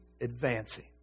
advancing